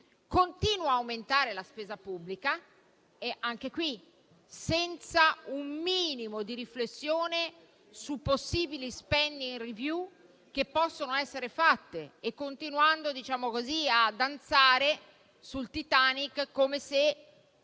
Continua ad aumentare la spesa pubblica, senza un minimo di riflessione su possibili *spending review* che potrebbero essere fatte, continuando a danzare sul Titanic come se